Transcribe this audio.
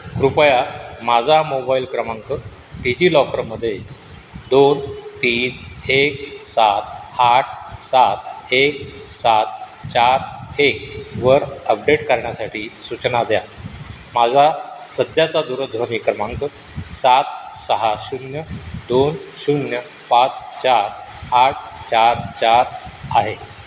कृपया माझा मोबाईल क्रमांक डिजि लॉकरमध्ये दोन तीन एक सात आठ सात एक सात चार एक वर अपडेट करण्यासाठी सूचना द्या माझा सध्याचा दूरध्वनी क्रमांक सात सहा शून्य दोन शून्य पाच चार आठ चार चार आहे